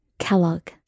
Kellogg